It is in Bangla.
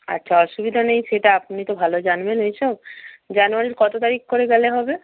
আচ্ছা অসুবিধা নেই সেটা আপনি তো ভালো জানবেন এই সব জানুয়ারির কত তারিখ করে গেলে হবে